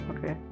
Okay